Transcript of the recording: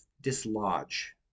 dislodge